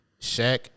Shaq